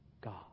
God